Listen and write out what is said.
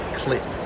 clip